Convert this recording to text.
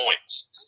points